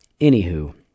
anywho